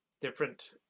different